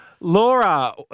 laura